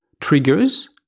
triggers